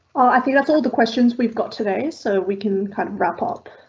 i think that's all the questions we've got today so we can kind of wrap up.